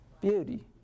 beauty